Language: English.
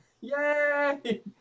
Yay